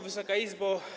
Wysoka Izbo!